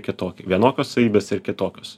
kitokį vienokios savybės ir kitokios